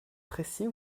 précis